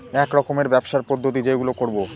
এক রকমের ব্যবসার পদ্ধতি যেইগুলো করবো